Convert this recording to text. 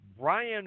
Brian